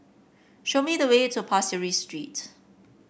show me the way to Pasir Ris Street